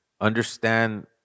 understand